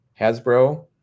Hasbro